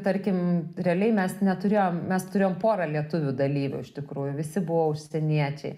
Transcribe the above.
tarkim realiai mes neturėjom mes turėjome pora lietuvių dalyvių iš tikrųjų visi buvo užsieniečiai